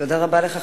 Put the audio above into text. תודה רבה לך,